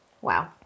Wow